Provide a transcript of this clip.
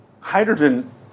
Hydrogen